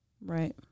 Right